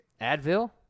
Advil